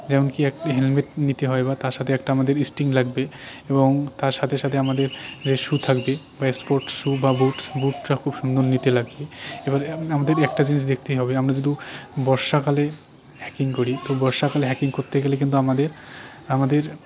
যেমনকি একটা হেলমেট নিতে হয় বা তার সাথে একটা আমাদের স্ট্রিং লাগবে এবং তার সাথে সাথে আমাদের শু থাকবে বা স্পোর্ট শু বা বুটস বুটটা খুব সুন্দর নিতে লাগবে এবারে আমাদের একটা জিনিস দেখতে হবে আমরা যেহেতু বর্ষাকালে হাইকিং করি তো বর্ষাকালে হাইকিং করতে গেলে কিন্তু আমাদের আমাদের